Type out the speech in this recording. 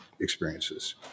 experiences